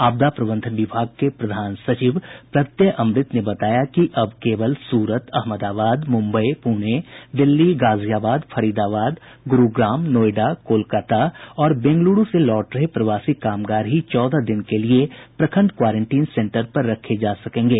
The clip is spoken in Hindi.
आपदा प्रबंधन विभाग के प्रधान सचिव प्रत्यय अमृत ने बताया कि अब केवल सूरत अहमदाबाद मुम्बई पुणे दिल्ली गाजियाबाद फरिदाबाद गुरूग्राम नोएडा कोलकाता और बेंगलुरू से लौट रहे प्रवासी कामगार ही चौदह दिन के लिये प्रखंड क्वारेंटीन सेंटर पर रखे जा सकेंगे